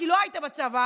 כי לא היית בצבא,